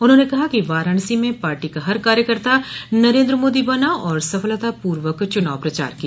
उन्होंने कहा कि वाराणसी में पार्टी का हर कार्यकर्ता नरेन्द्र मोदी बना और सफलतापूर्वक चुनाव प्रचार किया